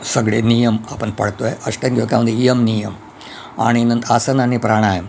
सगळे नियम आपण पळतो आहे अष्टांग योगा म्हणजे यम नियम आणि नंतर आसन आणि प्राणायाम